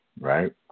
right